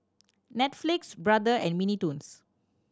Netflix Brother and Mini Toons